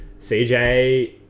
CJ